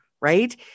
right